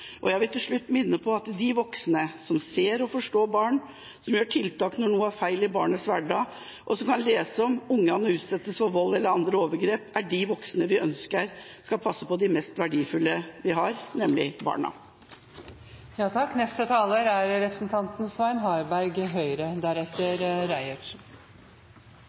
og jeg vil til slutt minne om at de voksne som ser og forstår barn, som gjør tiltak når noe er feil i barnets hverdag, og som kan lese om ungene utsettes for vold eller andre overgrep, er de voksne vi ønsker skal passe på det mest verdifulle vi har, nemlig barna. Takk